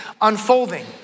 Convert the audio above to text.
unfolding